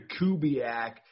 Kubiak